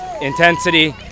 intensity